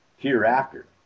hereafter